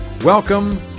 Welcome